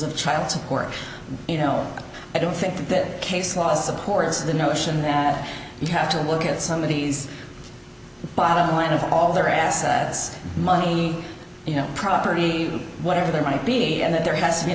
of child support you know i don't think that case law supports the notion that you have to look at some of these bottom line of all their assets money you know property whatever there might be and that there has to be an